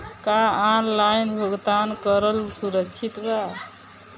का ऑनलाइन भुगतान करल सुरक्षित बा?